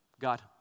God